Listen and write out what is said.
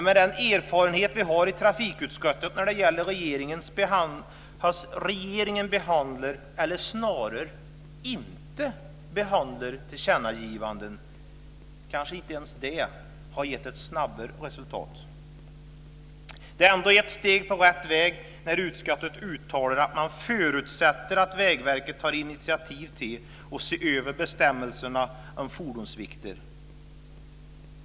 Men den erfarenhet vi har i trafikutskottet när det gäller hur regeringen behandlar, eller snarare inte behandlar, tillkännagivanden, är att kanske inte ens det hade givit ett snabbare resultat. Det är ändå ett steg på rätt väg när utskottet uttalar att man förutsätter att Vägverket tar initiativ till att se över bestämmelserna om fordonsvikter.